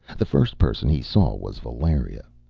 the first person he saw was valeria.